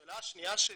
השאלה השנייה שלי,